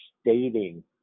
stating